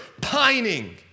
pining